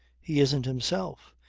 he isn't himself.